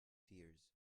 tears